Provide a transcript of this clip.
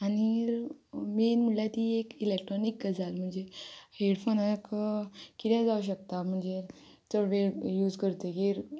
आनी मेन म्हणल्यार ती एक इलेक्ट्रॉनीक गजाल म्हणजे हेडफोनाक कितें जावं शकता म्हणजे चड वेळ यूज करतगीर